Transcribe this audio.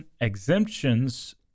exemptions